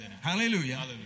Hallelujah